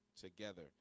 together